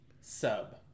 Sub